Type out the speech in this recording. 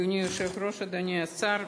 אדוני היושב-ראש, אדוני השר,